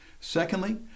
Secondly